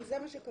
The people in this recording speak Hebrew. אם זה מה שקבוע.